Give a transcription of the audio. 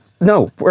no